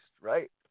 right